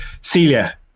Celia